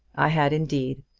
i had, indeed.